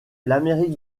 l’amérique